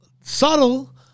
Subtle